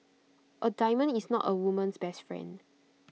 A diamond is not A woman's best friend